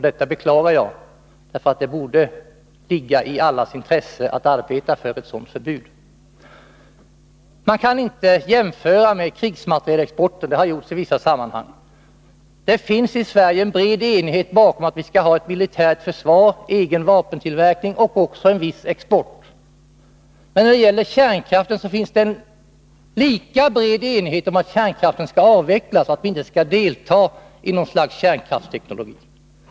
Detta beklagar jag, för det borde ligga i allas intresse att arbeta för ett sådant förbud. Man kan inte jämföra med krigsmaterielexporten, vilket har gjorts i vissa sammanhang. Det finns i Sverige en bred enighet om att vi skall ha ett militärt försvar, en egen vapentillverkning och även en viss export. Men när det gäller kärnkraften finns det en lika bred enighet om att kärnkraften skall avvecklas och om att vi inte skall delta i något slags kärnkraftsteknologiöverföring.